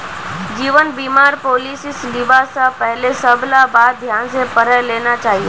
जीवन बीमार पॉलिसीस लिबा स पहले सबला बात ध्यान स पढ़े लेना चाहिए